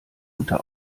unter